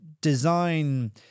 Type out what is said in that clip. design